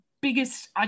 biggest